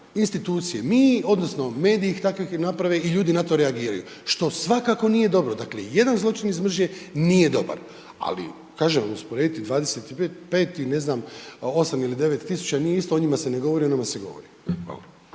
institucije mi, odnosno mediji ih takvima naprave i ljudi na to reagiraju, što svakako nije dobro. Dakle, jedan zločin iz mržnje nije dobar, ali kažem, usporediti 25 i ne znam, 8 ili 9 tisuća, nije isto, o njima se ne govori, o nama se govori.